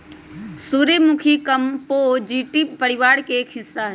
सूर्यमुखी कंपोजीटी परिवार के एक हिस्सा हई